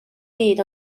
byd